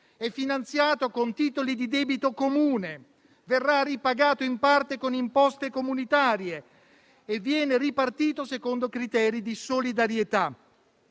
è finanziato con titoli di debito comune, verrà ripagato in parte con imposte comunitarie e viene ripartito secondo criteri di solidarietà.